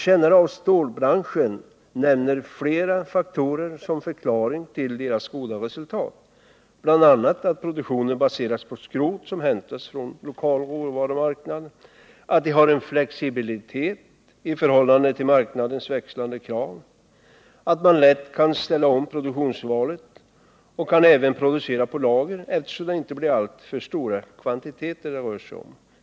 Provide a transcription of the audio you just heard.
Kännare av stålbranschen nämner flera faktorer som förklaring till deras goda resultat, bl.a. att produktionen baseras på skrot som hämtas från lokal råvarumarknad, att de har en flexibilitet i förhållande till marknadens växlande krav, att man lätt kan ställa om produktvalet och även kan producera på lager, eftersom det inte rör sig om alltför stora kvantiteter.